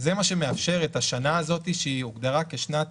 זה מה שמאפשר את השנה הזאת שהוגדרה כשנת